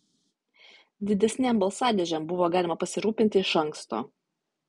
didesnėm balsadėžėm buvo galima pasirūpinti iš anksto